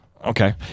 Okay